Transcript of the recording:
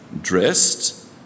dressed